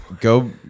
go